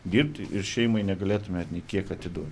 dirbti ir šeimai negalėtumėt nei kiek atiduot